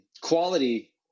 quality